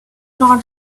not